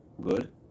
good